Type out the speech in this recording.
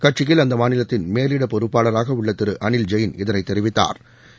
கட்சியில் அந்த மாநிலத்தின் மேலிட பொறுப்பாளராக உள்ள திரு அளில் ஜெயின் இதை தெரிவித்தாா்